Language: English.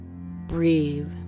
breathe